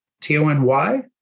T-O-N-Y